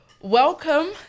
Welcome